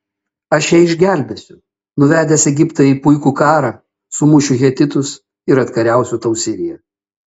aš ją išgelbėsiu nuvedęs egiptą į puikų karą sumušiu hetitus ir atkariausiu tau siriją